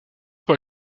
pour